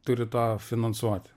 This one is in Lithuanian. turi tą finansuoti